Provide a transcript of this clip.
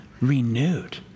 renewed